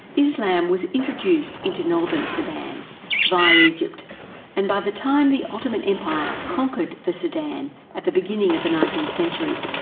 islam was introduced into northern sudan via egypt and by the time the ottoman empire conquered the sudan at the beginning of the nineteenth century,